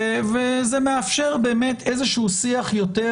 זה מאפשר שיח יותר